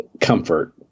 comfort